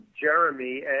Jeremy